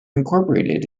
incorporated